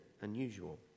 unusual